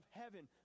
heaven